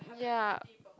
ya